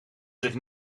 zich